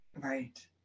Right